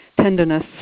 tenderness